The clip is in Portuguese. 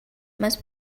mas